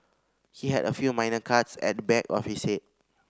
he had a few minor cuts at the back of his head